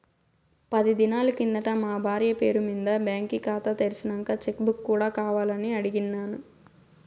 పది దినాలు కిందట మా బార్య పేరు మింద బాంకీ కాతా తెర్సినంక చెక్ బుక్ కూడా కావాలని అడిగిన్నాను